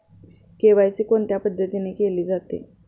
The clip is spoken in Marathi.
के.वाय.सी कोणत्या पद्धतीने केले जाते?